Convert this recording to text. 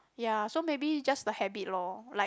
ya so maybe just the habit lor like